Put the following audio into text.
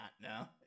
No